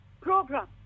program